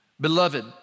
Beloved